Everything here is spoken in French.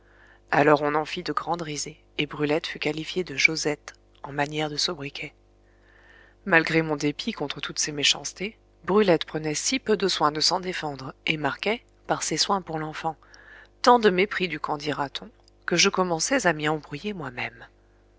alors on en fit de grandes risées et brulette fut qualifiée de josette en manière de sobriquet malgré mon dépit contre toutes ces méchancetés brulette prenait si peu de soin de s'en défendre et marquait par ses soins pour l'enfant tant de mépris du qu'en dira-t-on que je commençais à m'y embrouiller moi-même